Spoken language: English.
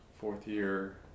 fourth-year